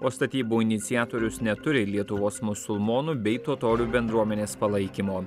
o statybų iniciatorius neturi lietuvos musulmonų bei totorių bendruomenės palaikymo